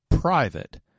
private